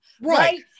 Right